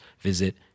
visit